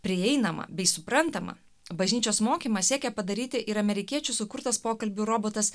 prieinamą bei suprantamą bažnyčios mokymą siekia padaryti ir amerikiečių sukurtas pokalbių robotas